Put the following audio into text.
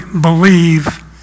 believe